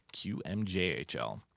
QMJHL